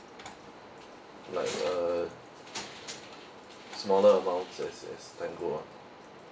like a smaller amounts yes yes ten go ah